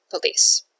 police